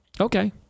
Okay